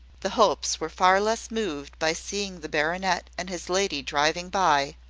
the hopes were far less moved by seeing the baronet and his lady driving by,